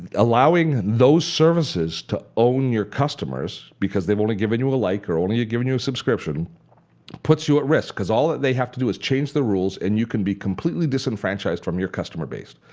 allowing those services to own your customers because they've only given you a like or only given you a subscription puts you at risk because all they have to do is change the rules and you can be completely disenfranchised from your customer base.